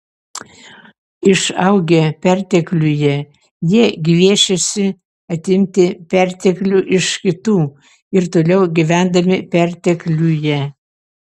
išaugę pertekliuje jie gviešėsi atimti perteklių iš kitų ir toliau gyvendami pertekliuje